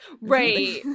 right